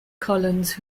collins